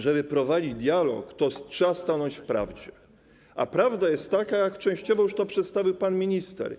Żeby prowadzić dialog, trzeba stanąć w prawdzie, a prawda jest taka, jak częściowo już to przedstawił pan minister.